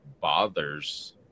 bothers